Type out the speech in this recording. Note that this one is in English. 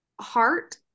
heart